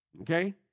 okay